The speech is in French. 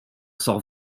sort